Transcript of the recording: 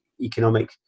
economic